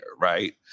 right